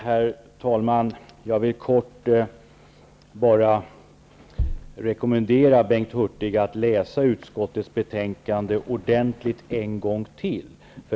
Herr talman! Jag vill kort bara rekommendera Bengt Hurtig att läsa utskottets betänkande ordentligt en gång till.